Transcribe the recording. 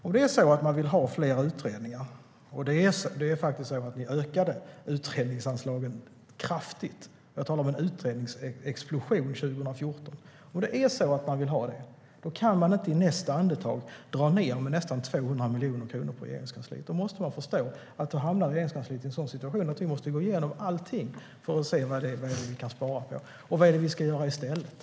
Om man vill ha fler utredningar - ni ökade utredningsanslagen kraftigt, det talas om en utredningsexplosion 2014 - då kan man inte i nästa andetag dra ned med nästan 200 000 miljoner kronor på Regeringskansliet. Man måste förstå att Regeringskansliet hamnar i sådan situation att vi måste gå igenom allting för att se vad vi kan spara på. Och vad ska vi göra i stället?